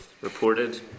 reported